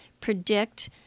predict